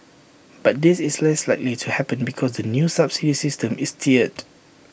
but this is less likely to happen because the new subsidy system is tiered